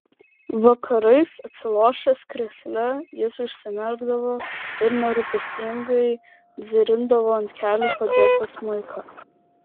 vakarais atsilošęs krėsle jis užsimerkdavo ir nerūpestingai dzirindavo ant kelių padėtą smuiką